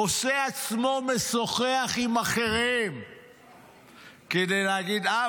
עושה עצמו משוחח עם אחרים כדי להגיד: אה,